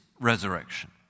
resurrection